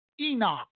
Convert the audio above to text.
Enoch